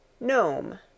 GNOME